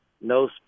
no